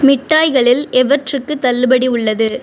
மிட்டாய்களில் எவற்றுக்கு தள்ளுபடி உள்ளது